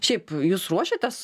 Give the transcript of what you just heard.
šiaip jūs ruošiatės